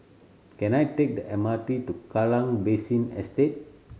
can I take the M R T to Kallang Basin Estate